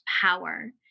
power